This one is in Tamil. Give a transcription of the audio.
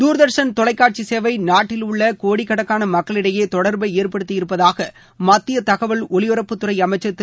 தூர்தர்ஷன் தொலைக்காட்சி சேவை நாட்டில் உள்ள கோடிக்கணக்னன மக்களிடையே தொடர்பை ஏற்படுத்தி இருப்பதாக மத்திய தகவல் ஒலிபரப்புத்துறை அமைச்ச் திரு